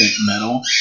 metal